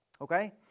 Okay